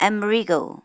Amerigo